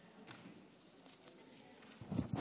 (אומר בערבית: כבוד יושב-ראש הישיבה,